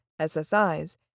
SSIs